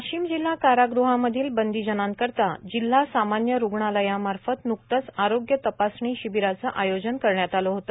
वाशिम जिल्हा कारागृहामधील बंदीजनांकरिता जिल्हा सामान्य रुग्णालयामार्फत न्कतेच आरोग्य तपासणी शिबिराचे आयोजन करण्यात आले होते